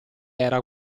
era